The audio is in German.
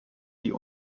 die